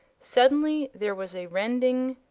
suddenly there was a rending,